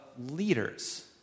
leaders